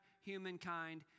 humankind